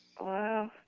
Wow